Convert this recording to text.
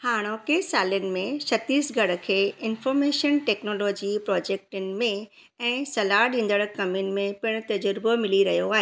हाणोकि सालनि में छत्तीसगढ़ खे इन्फॉर्मेशन टेक्नोलॉजी प्रोजेक्टनि में ऐं सलाहु ॾींदड़ु कमनि में पिणु तजुर्बो मिली रहियो आहे